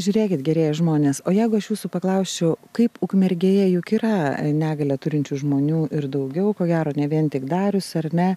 žiūrėkit gerieji žmonės o jeigu aš jūsų paklausiu kaip ukmergėje juk yra negalią turinčių žmonių ir daugiau ko gero ne vien tik darius ar ne